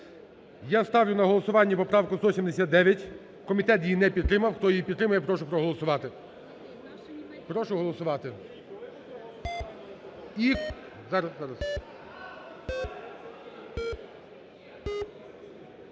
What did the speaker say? Я ставлю на голосування поправку 179. Комітет її не підтримав. Хто її підтримує, прошу проголосувати. Прошу голосувати.